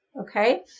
Okay